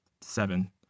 seven